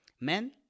Men